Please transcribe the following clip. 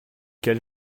quel